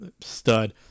stud